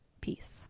peace